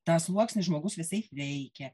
tą sluoksnį žmogus visai reikia